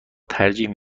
ترجیح